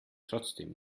trotzdem